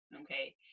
okay